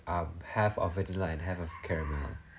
um half of vanilla and half of caramel